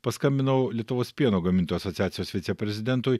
paskambinau lietuvos pieno gamintojų asociacijos viceprezidentui